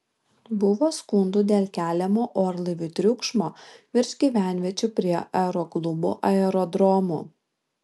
buvo skundų dėl keliamo orlaivių triukšmo virš gyvenviečių prie aeroklubų aerodromų